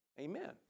Amen